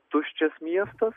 tuščias miestas